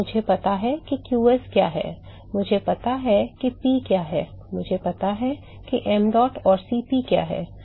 तो मुझे पता है कि qs क्या है मुझे पता है कि P क्या है मुझे पता है कि mdot और Cp क्या है